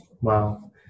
Wow